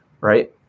Right